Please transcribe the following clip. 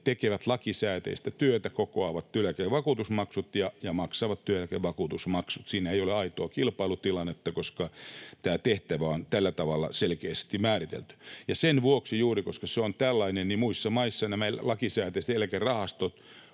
tekevät lakisääteistä työtä, kokoavat työeläke- ja vakuutusmaksut ja maksavat työeläkevakuutusmaksut. Siinä ei ole aitoa kilpailutilannetta, koska tämä tehtävä on tällä tavalla selkeästi määritelty. Ja sen vuoksi juuri, koska se on tällainen, niin muissa maissa nämä lakisääteiset eläkerahastot